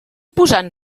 posant